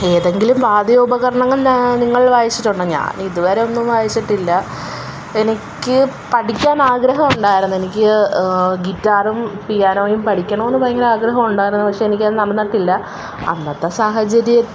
ഏതെങ്കിലും വാദ്യോപകരണങ്ങൾ നിങ്ങൾ വായിച്ചിട്ടുണ്ടോ ഞാനിത് വരെ ഒന്നും വായിച്ചിട്ടില്ല എനിക്ക് പഠിക്കാനാഗ്രഹം ഉണ്ടായിരുന്നു എനിക്ക് ഗിറ്റാറും പിയാനോയും പഠിക്കണമെന്ന് ഭയങ്കര ആഗ്രഹമുണ്ടായിരുന്നു പക്ഷെ എനിക്കത് നടന്നിട്ടില്ല അന്നത്തെ സാഹചര്യത്തിൽ